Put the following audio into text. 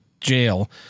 jail